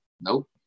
Nope